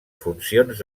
funcions